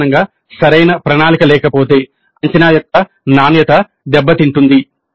సాధారణంగా సరైన ప్రణాళిక లేకపోతే అంచనా యొక్క నాణ్యత దెబ్బతింటుంది